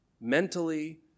mentally